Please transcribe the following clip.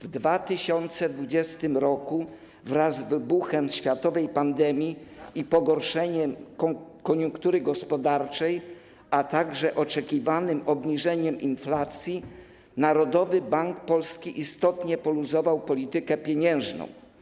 W 2020 r. w związku z wybuchem światowej pandemii i pogorszeniem koniunktury gospodarczej, a także oczekiwanym obniżeniem inflacji Narodowy Bank Polski istotnie poluzował politykę pieniężną.